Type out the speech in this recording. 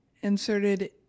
inserted